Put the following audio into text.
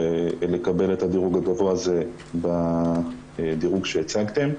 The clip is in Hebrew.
ולקבל את הדירוג הגבוה הזה בדירוג שהצגתם.